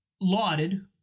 Lauded